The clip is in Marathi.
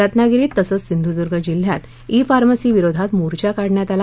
रत्नागिरीत तसंच सिंधुद्ग जिल्ह्या ई फार्मसी विरोधात मोर्चा काढण्यात आला